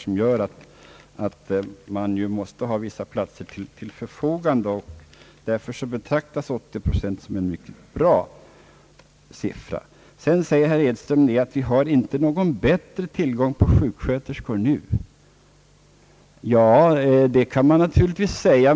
Man man måste ha en del platser till förfogande, och därför betraktas 80 procent som en bra beläggning. Vidare säger herr Edström att vi inte har bättre tillgång till sjuksköterskor nu. Det kan man naturligtvis säga.